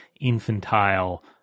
infantile